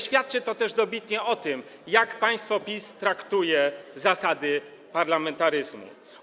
Świadczy to dobitnie o tym, jak państwo PiS traktuje zasady parlamentaryzmu.